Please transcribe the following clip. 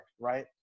right